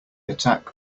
attack